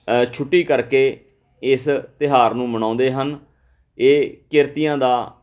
ਛੁੱਟੀ ਕਰਕੇ ਇਸ ਤਿਉਹਾਰ ਨੂੰ ਮਨਾਉਂਦੇ ਹਨ ਇਹ ਕਿਰਤੀਆਂ ਦਾ